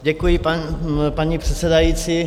Děkuji, paní předsedající.